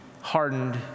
hardened